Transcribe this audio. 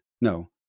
No